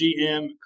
GM